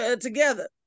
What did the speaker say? Together